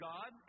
God